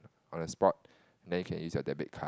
on the spot then you can use your debit card